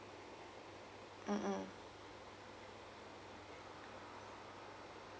mm mm